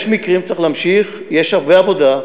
יש מקרים שצריך להמשיך, יש הרבה עבודה.